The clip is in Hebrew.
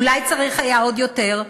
אולי צריך היה עוד יותר.